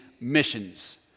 missions